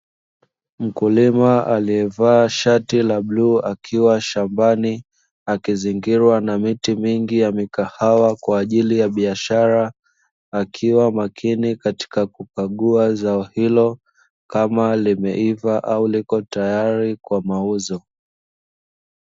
Mkulima aliyevaa shati la bluu akiwa shambani, akizingirwa na miti mingi ya mikahawa kwa ajili ya biashara, akiwa makini katika kukagua zao hilo, kama limeiva au liko tayari kwa mauzo.